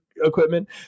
Equipment